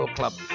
club